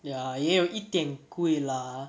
ya 也有一点贵了 lah